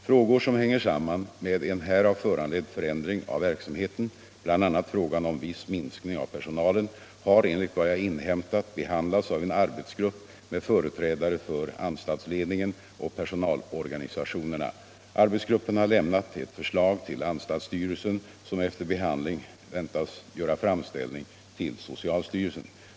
Frågor som hänger samman med en härav föranledd förändring av verksamheten, bl.a. frågan om viss minskning av personalen, har enligt vad jag inhämtat behandlats av en arbetsgrupp med företrädare för anstaltsledningen och personalorganisationerna. Arbetsgruppen har lämnat ett förslag till anstaltsstyrelsen, som efter behandling väntas göra framställning till socialstyrelsen.